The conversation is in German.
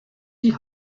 die